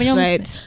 right